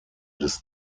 des